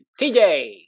TJ